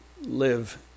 live